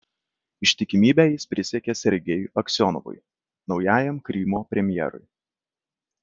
ištikimybę jis prisiekė sergejui aksionovui naujajam krymo premjerui